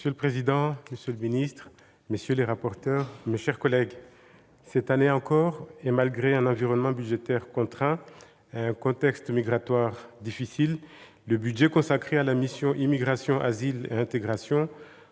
monsieur le rapporteur spécial, monsieur le rapporteur pour avis, mes chers collègues, cette année encore, malgré un environnement budgétaire contraint et un contexte migratoire difficile, le budget consacré à la mission « Immigration, asile et intégration